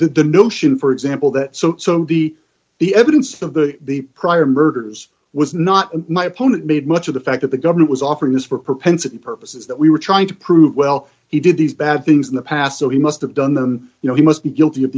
the notion for example that so be the evidence of the the prior murders was not my opponent made much of the fact that the government was offering this for propensity purposes that we were trying to prove well he did these bad things in the past so he must have done them you know he must be guilty of